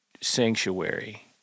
sanctuary